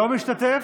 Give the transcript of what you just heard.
לא משתתף?